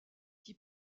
qui